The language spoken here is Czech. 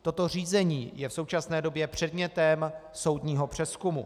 Toto řízení je v současné době předmětem soudního přezkumu.